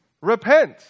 Repent